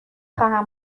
خواهم